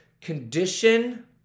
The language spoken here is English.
condition